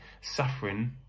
suffering